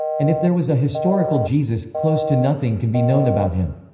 and if there was a historical jesus, close to nothing can be known about him.